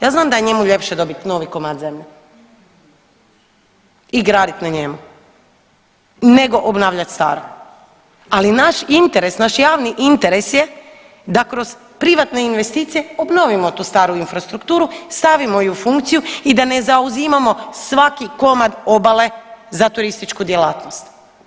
Ja znam da je njemu ljepše dobit novi komad zemlje i gradit na njemu nego obnavljati staro, ali naš interes, naš javni interes je da kroz privatne investicije obnovimo tu staru infrastrukturu, stavimo ju u funkciju i da ne zauzimamo svaki komad obale za turističku djelatnost.